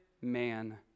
man